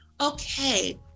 Okay